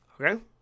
okay